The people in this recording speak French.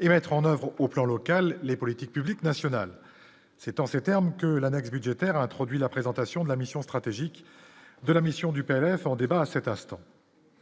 et mettre en oeuvre au plan local, les politiques publiques nationales : c'est en ces termes que l'annexe budgétaire introduit la présentation de la mission stratégique de la mission du PLF en débat à cet instant.